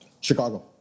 Chicago